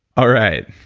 alright,